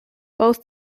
both